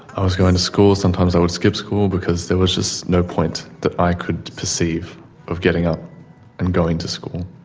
i was going to school sometimes i would skip school because there was just no point that i could perceive of getting up and going to school.